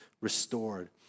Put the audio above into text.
restored